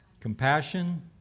Compassion